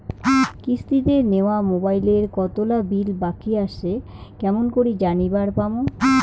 কিস্তিতে নেওয়া মোবাইলের কতোলা বিল বাকি আসে কেমন করি জানিবার পামু?